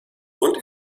und